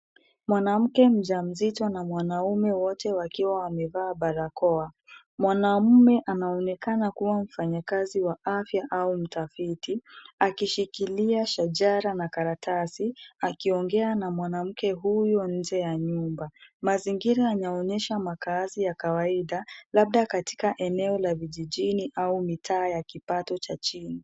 Mwanamke mjamzito na mwanaume wote wakiwa wamevaa barakoa. Mwanaume anaonekana kuwa mfanyakazi wa afya au mtafiti, akishikilia shajara na karatasi, akiongea na mwanamke huyo nje ya nyumba. Mazingira yanaonyesha makaazi ya kawaida, labda katika eneo la vijijini au mitaa ya kipato cha chini.